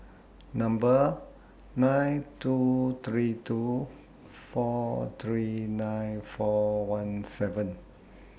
Number nine two three two four three nine four one seven